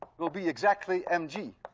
will be exactly mg.